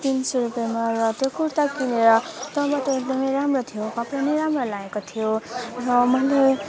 तिन सय रुपियाँमा र त्यो कुर्ता किनेर तब त एकदम राम्रो थियो कपडा पनि राम्रो लागेको थियो र मैले